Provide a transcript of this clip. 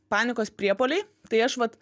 panikos priepuoliai tai aš vat